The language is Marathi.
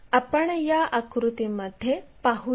तर आपण या आकृतीमध्ये पाहूया